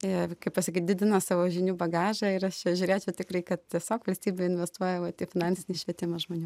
ir kaip pasakyt didina savo žinių bagažą ir aš čia žiūrėčiau tikrai kad tiesiog valstybė investuoja vat į finansinį švietimą žmonių